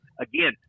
again